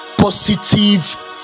positive